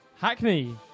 Hackney